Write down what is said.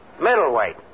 middleweight